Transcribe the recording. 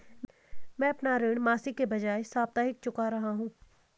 मैं अपना ऋण मासिक के बजाय साप्ताहिक चुका रहा हूँ